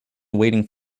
waiting